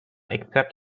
except